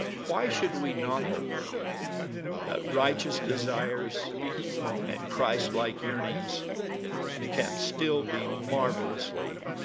why should we not hope that righteous desires and christlike yearnings can still be marvelously,